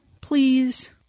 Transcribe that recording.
please